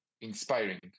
inspiring